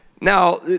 now